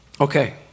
okay